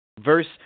Verse